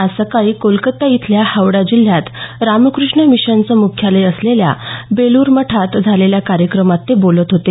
आज सकाळी कोलकाता इथल्या हावडा जिल्ह्यात रामकृष्ण मिशनचं मुख्यालय असलेल्या बेलूर मठात झालेल्या कार्यक्रमात ते बोलत होते